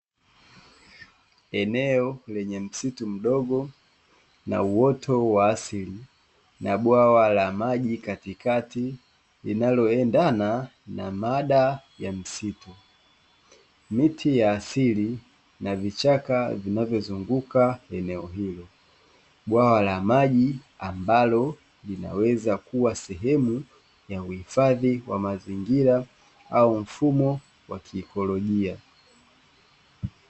Eneo lenye msitu mdogo na uoto wa asili na bwawa la maji katikati linaloendana na mada ya msitu. Miti ya asili na vichaka vinavyo zunguka eneo hilo. Bwawa la maji ambalo linaweza kuwa sehemu ya uhifadhi wa mazingira au mfumo wa kiikolojia.